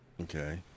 Okay